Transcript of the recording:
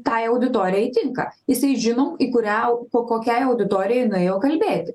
tai auditorijai tinka jisai žino į kurią ko kokiai auditorijai nuėjo kalbėti